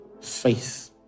faith